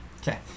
Okay